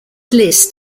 list